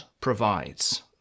provides